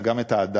אלא גם את האדם,